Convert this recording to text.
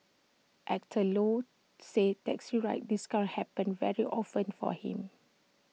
Actor low says taxi ride discounts happen very often for him